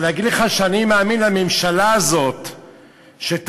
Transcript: אבל להגיד לך שאני מאמין לממשלה הזאת שתעמוד